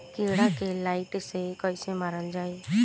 कीड़ा के लाइट से कैसे मारल जाई?